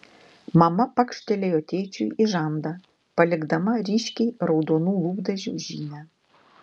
mama pakštelėjo tėčiui į žandą palikdama ryškiai raudonų lūpdažių žymę